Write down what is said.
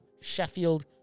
Sheffield